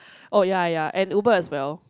oh ya ya and Uber as well